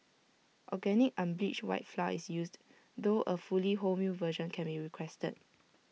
organic unbleached white flour is used though A fully wholemeal version can be requested